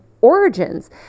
origins